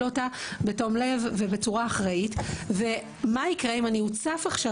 אותה בתום לב ובצורה אחראית ומה יקרה אם אני אוצף עכשיו